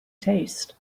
taste